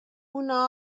una